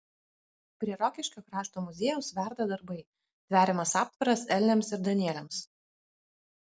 prie rokiškio krašto muziejaus verda darbai tveriamas aptvaras elniams ir danieliams